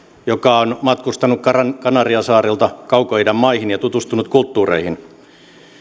joka on matkustanut kanariansaarilta kaukoidän maihin ja tutustunut kulttuureihin